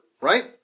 right